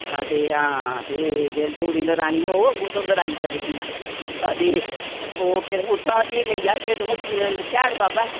हां ते हां ते जे जोड़ी लड़ानी होग ओह् तुस लड़ाई सकदियां अदें ओह् के उत्थां फ्ही तुसें लेई जाह्गे फ्ही स्याड़ बाबै